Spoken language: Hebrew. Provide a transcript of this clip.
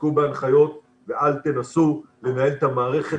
תעסקו בהנחיות ואל תנסו לנהל את המערכת